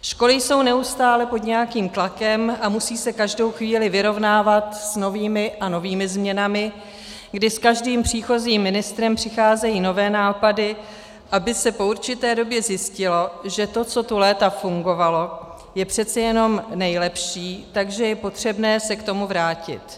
Školy jsou neustále pod nějakým tlakem a musí se každou chvíli vyrovnávat s novými a novými změnami, kdy s každým příchozím ministrem přicházejí nové nápady, aby se po určité době zjistilo, že to, co tu léta fungovalo, je přece jenom nejlepší, takže je potřebné se k tomu vrátit.